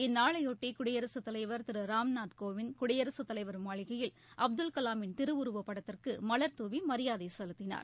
இந்நாளையொட்டி குடியரசுத் தலைவர் திரு ராம்நாத் கோவிந்த் குடியரசுத் தலைவர் மாளிகையில் அப்துல் கலாமின் திருவுருவப்படத்திற்கு மல்துவி மரியாதை செலுத்தினார்